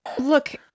look